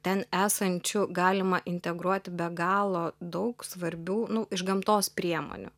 ten esančių galima integruoti be galo daug svarbių nu iš gamtos priemonių